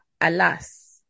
alas